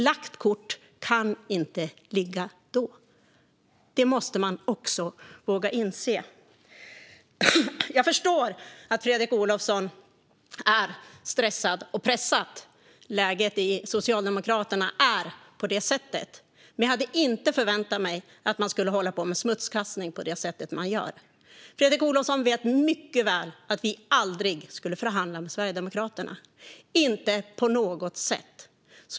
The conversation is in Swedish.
Lagt kort kan inte ligga då. Det måste man också våga inse. Jag förstår att Fredrik Olovsson är stressad och pressad. Läget i Socialdemokraterna är på det sättet. Men jag hade inte väntat mig att man skulle hålla på med smutskastning på det sätt man nu gör. Fredrik Olovsson vet mycket väl att vi aldrig skulle förhandla med Sverigedemokraterna, inte på något sätt.